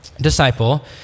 disciple